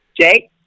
Jake